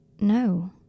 No